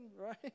right